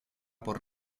por